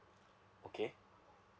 okay